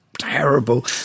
terrible